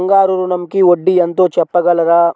బంగారు ఋణంకి వడ్డీ ఎంతో చెప్పగలరా?